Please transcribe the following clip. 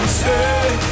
say